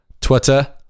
twitter